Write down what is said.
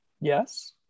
Yes